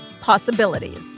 possibilities